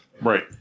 Right